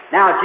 Now